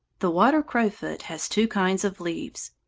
the water-crowfoot has two kinds of leaves.